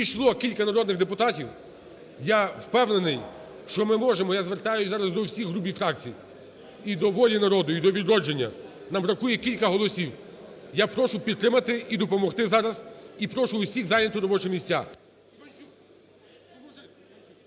Підійшло кілька народних депутатів. Я впевнений, що ми можемо, я звертаюсь зараз до всіх груп і фракцій, і до "Волі народу", і до "Відродження". Нам бракує кілька голосів. Я прошу підтримати і допомогти зараз, і прошу всіх зайняти робочі місця.